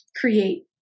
create